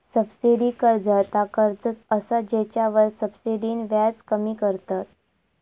subsidy कर्ज ता कर्ज असा जेच्यावर सब्सिडीन व्याज कमी करतत